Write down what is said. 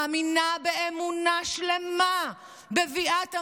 מאמינה באמונה שלמה בביאת המשיח,